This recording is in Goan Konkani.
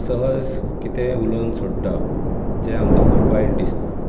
सहज कितें उलोवन सोडटा जें आमकां खूब वायट दिसता